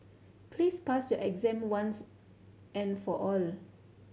please pass your exam once and for all